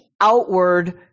outward